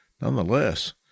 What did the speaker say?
nonetheless